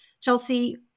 Chelsea